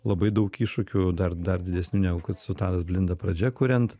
labai daug iššūkių dar dar didesnių negu kad su tadas blinda pradžia kuriant